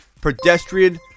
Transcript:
pedestrian